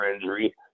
injury